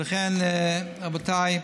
ולכן רבותיי,